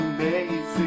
Amazing